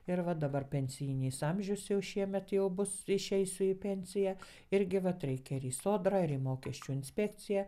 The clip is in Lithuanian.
ir va dabar pensijinis amžius jau šiemet jau bus išeisiu į pensiją irgi vat reikia ir į sodrą ir į mokesčių inspekciją